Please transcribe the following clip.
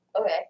Okay